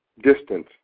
distance